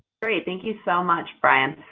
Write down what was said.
great, thank you so much, brian.